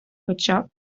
хоча